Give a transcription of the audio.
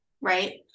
right